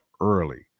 early